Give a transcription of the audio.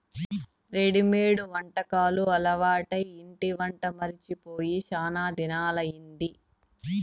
readymade వంటకాలు అలవాటై ఇంటి వంట మరచి పోయి శానా దినాలయ్యింది